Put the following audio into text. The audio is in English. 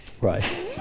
Right